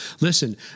listen